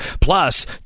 Plus